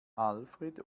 alfred